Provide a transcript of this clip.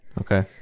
Okay